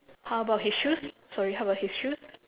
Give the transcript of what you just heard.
how about his shoes sorry how about his shoes